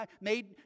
made